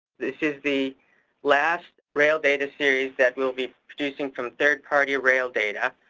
this is the last rail data series that we will be producing from third-party rail data.